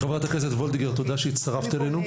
חברת הכנסת וולדיגר, תודה שהצטרפת אלינו.